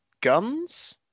guns